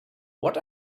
what